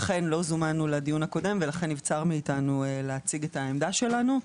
אכן לא זומנו לדיון הקודם ולכן נבצר מאתנו להציג את עמדתנו.